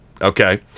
Okay